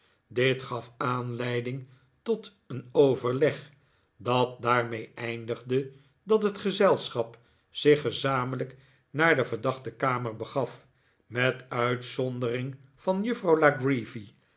dit gaf aanleiding tot een overleg dat daarmee eindigde dat het gezelschap zich gezamenlijk naar de verdachte kamer begaf met uitzondering van juffrouw la creevy